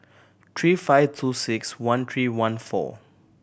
three five two six one three one four